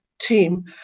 team